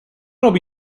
robi